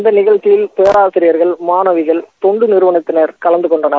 இந்த நிகழ்ச்சியல் பேராசிரிபா்கள் மாணவர்கள் தொண்டு நிறவனங்கள் கலந்து கொண்டன